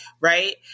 right